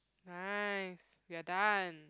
nice we are done